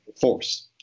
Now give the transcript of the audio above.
Force